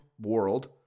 world